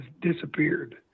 disappeared